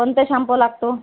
कोणत्या शांपू लागतो